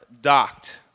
docked